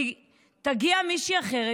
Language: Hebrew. תגיע מישהי אחרת,